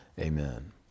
Amen